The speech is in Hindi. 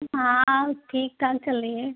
हाँ ठीक ठाक चल रही है